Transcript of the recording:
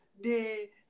de